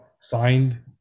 signed